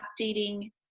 updating